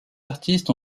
artistes